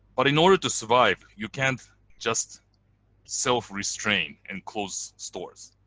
but in order to survive, you can't just self-restrain and close stores.